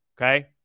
Okay